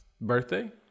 Birthday